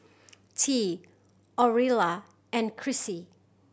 Tea Aurilla and Chrissy